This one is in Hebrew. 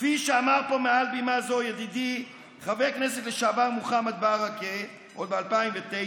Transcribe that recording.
כפי שאמר פה מעל בימה זו ידידי חבר הכנסת לשעבר מוחמד ברכה עוד ב-2009,